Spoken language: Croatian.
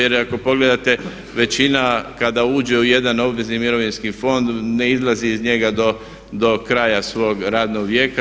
Jer ako pogledate većina kada uđe u jedan obvezni mirovinski fond ne izlazi iz njega do kraja svog radnog vijeka.